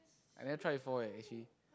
I never try before eh actually